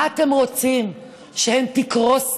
מה אתם רוצים, שהן תקרוסנה?